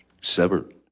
severed